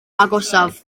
agosaf